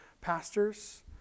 pastors